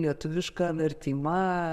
lietuvišką vertimą